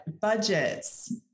budgets